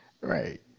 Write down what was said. Right